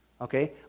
Okay